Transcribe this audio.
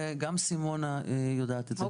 וגם סימונה יודעת את זה.